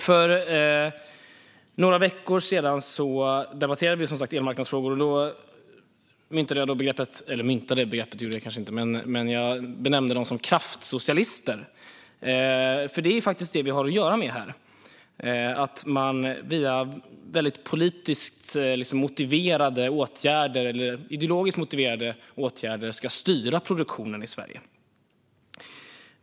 För några veckor sedan debatterade vi elmarknadsfrågor, och då benämnde jag dem som kraftsocialister, för det är faktiskt vad vi har att göra med här. Via politiskt eller ideologiskt motiverade åtgärder ska produktionen i Sverige styras.